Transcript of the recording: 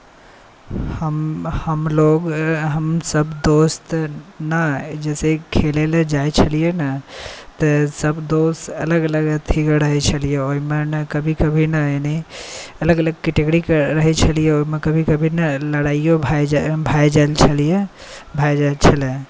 हम हमलोक हमसब सब दोस्त ने जइसे खेलैलए जाइ छलिए ने तऽ सब दोस्त अलग अलग अथीके रहै छलिए ओहिमे ने कभी कभी अलग अलग कैटेगरीके रहै छलिए ओहिमे कभी कभी लड़ाइओ भऽ जाइ छलैए भऽ जाइ छलै